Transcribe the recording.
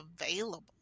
available